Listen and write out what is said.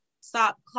Stop